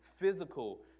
physical